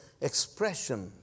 expression